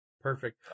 Perfect